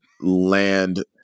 land